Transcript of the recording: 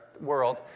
world